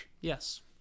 Yes